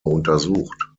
untersucht